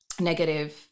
negative